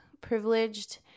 privileged